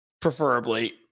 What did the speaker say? preferably